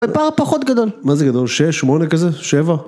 בפער פחות גדול. מה זה גדול? שש? שמונה כזה? שבע?